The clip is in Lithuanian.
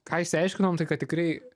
ką išsiaiškinom tai kad tikrai